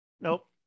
nope